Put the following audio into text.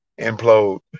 implode